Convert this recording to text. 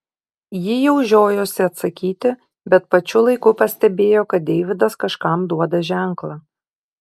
ji jau žiojosi atsakyti bet pačiu laiku pastebėjo kad deividas kažkam duoda ženklą